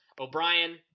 O'Brien